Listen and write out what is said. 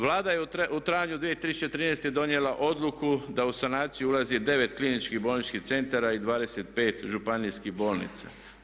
Vlada je u travnju 2013. donijela odluku da u sanaciju ulazi 9 kliničkih bolničkih centara i 25 županijskih bolnica.